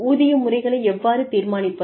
ஊதிய முறைகளை எவ்வாறு தீர்மானிப்பது